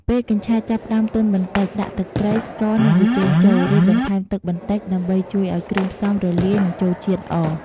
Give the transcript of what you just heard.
ពេលកញ្ឆែតចាប់ផ្តើមទន់បន្តិច ដាក់ ទឹកត្រី ស្ករ និង ប៊ីចេង ចូល រួចបន្ថែមទឹកបន្តិច ដើម្បីជួយឲ្យគ្រឿងផ្សំរលាយ និងចូលជាតិល្អ។